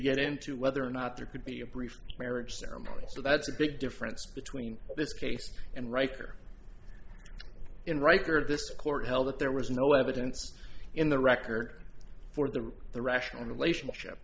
get into whether or not there could be a brief marriage ceremony so that's a big difference between this case and writer in riker this court held that there was no evidence in the record for the the rational relationship